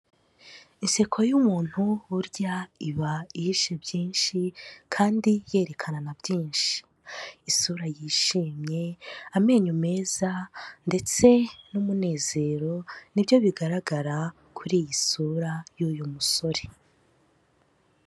Iseko y'umuntu burya iba ihishe byinshi kandi yerekana na byinshi, isura yishimye, amenyo meza ndetse n'umunezero nibyo bigaragara kuri iyi sura y'uyu musore.